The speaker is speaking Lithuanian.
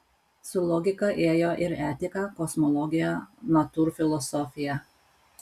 su logika ėjo ir etika kosmologija natūrfilosofija